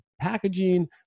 packaging